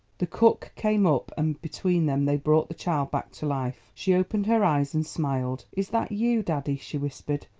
the cook came up, and between them they brought the child back to life. she opened her eyes and smiled. is that you, daddy, she whispered,